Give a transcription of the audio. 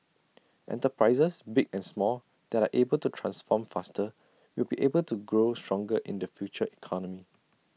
enterprises big and small that are able to transform faster will be able to grow stronger in the future economy